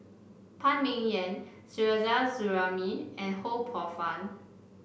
Phan Ming Yen Suzairhe Sumari and Ho Poh Fun